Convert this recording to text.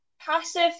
Passive